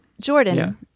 Jordan